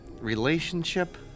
relationship